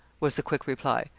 was the quick reply.